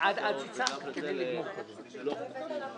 מתי בוצע המינוי?